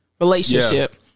relationship